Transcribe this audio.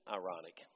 ironic